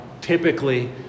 typically